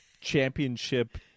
championship